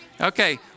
Okay